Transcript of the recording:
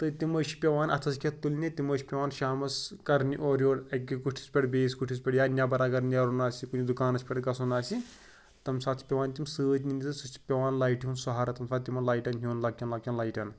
تہٕ تِمَے چھِ پٮ۪وان اَتھَس کیٚتھ تُلنہِ تِمَے چھِ پٮ۪وان شامَس کَرنہِ اورٕ یورٕ اَکہِ کُٹھِس پٮ۪ٹھ بیٚیِس کُٹھِس پٮ۪ٹھ یا نٮ۪بَر اَگَر نیرُن آسہِ کُنہِ دُکانَس پٮ۪ٹھ گژھُن آسہِ تَمہِ ساتہٕ چھِ پٮ۪وان تِم سۭتۍ نِنۍ تہٕ سُہ چھِ پٮ۪وان لایٹہِ ہُنٛد سہارٕ تَمہِ وَتہِ تِمَن لایٹَن ہیوٚن لۄکچن لۄکچن لایٹَن